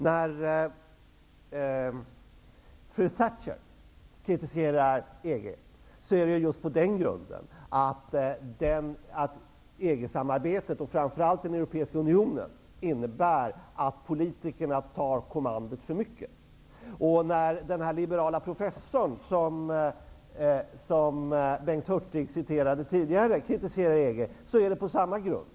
När fru Thatcher kritiserar EG är det på grund av att EG-samarbetet och framför allt den europeiska unionen innebär att politikerna tar kommandot för mycket. När den liberala professorn som Bengt Hurtig citerade tidigare kritiserar EG, så är det på samma grund.